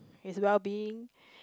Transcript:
his well being